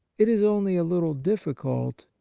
it is only a little difficult,